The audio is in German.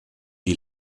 die